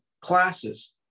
classes